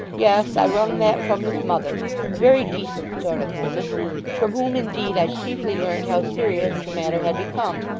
yes. i wrung that from his mother a very decent sort of woman from whom, indeed, i chiefly learnt how serious the matter had become,